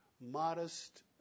modest